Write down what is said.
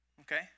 okay